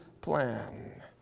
plan